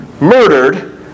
murdered